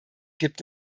gibt